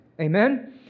Amen